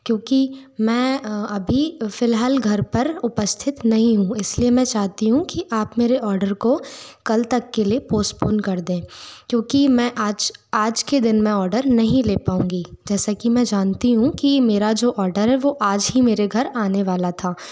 क्योंकि मैं अभी फ़िलहाल घर पर उपस्थित नहीं हूँ इसलिए मैं चाहती हूँ कि आप मेरे ऑर्डर को कल तक के लिए पोस्टपोन कर दें क्योंकि मैं आज आज के दिन मैं ऑर्डर नहीं ले पाऊंगी जैसा कि मैं जानती हूँ कि मेरा जो ऑर्डर है वो आज ही मेरे घर आने वाला था